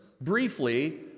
briefly